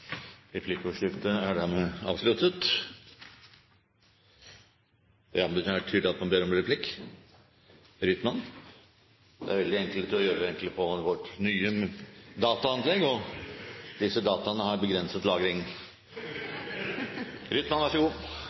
Replikkordskiftet er dermed avsluttet – men det er tydelig at Rytman ber om replikk. Det er egentlig veldig enkelt å gjøre det på vårt nye dataanlegg, og disse dataene har begrenset lagring. Rytman – vær så god!